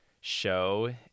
show